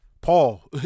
Paul